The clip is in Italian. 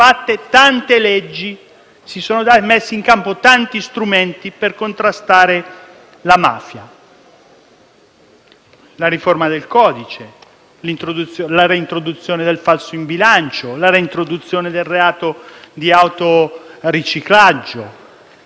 si sono approvate tante leggi, si sono messi in campo tanti strumenti per contrastare la mafia. Penso alla riforma del codice, alla reintroduzione del falso in bilancio e del reato di autoriciclaggio,